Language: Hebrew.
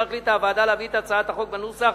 החליטה הוועדה להביא את הצעת החוק בנוסח